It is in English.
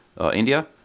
India